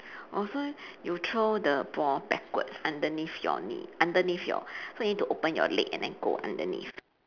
oh so you throw the ball backwards underneath your knee underneath your so you need to open your leg and then go underneath